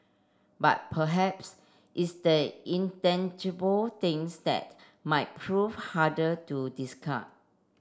but perhaps it's the intangible things that might prove harder to discard